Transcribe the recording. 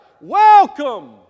Welcome